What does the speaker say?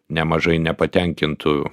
nemažai nepatenkintų